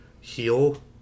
heal